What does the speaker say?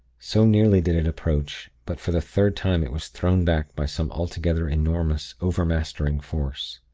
so nearly did it approach but for the third time it was thrown back by some altogether enormous, overmastering force.